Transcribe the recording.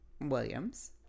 Williams